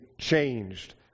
changed